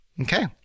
okay